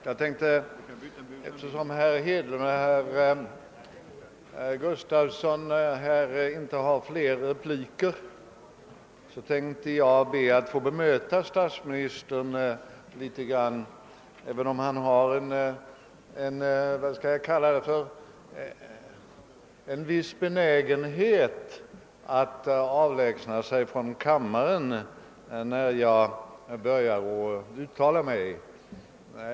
Herr talman! Eftersom herr Hedlund och herr Gustafson i Göteborg inte längre har någon replikrätt, tänker jag bemöta statsministern något även om han har en viss benägenhet att avlägsna sig från kammaren när jag börjar tala.